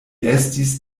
estis